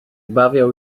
bawią